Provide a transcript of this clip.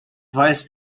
vice